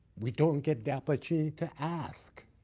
we don't get the opportunity to ask,